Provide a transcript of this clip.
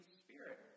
spirit